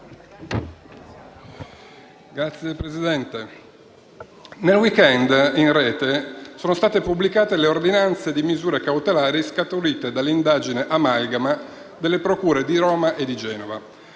Signor Presidente, nel *weekend* in rete sono state pubblicate le ordinanze di misura cautelare scaturite dall'indagine Amalgama delle procure di Roma e di Genova